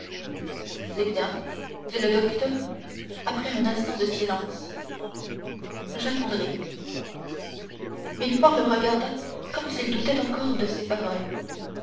c'est bien dit le docteur après un instant de silence j'attendrai villefort le regarda comme s'il doutait encore de ses paroles